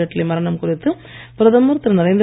அருண்ஜெட்லி மரணம் குறித்து பிரதமர் திரு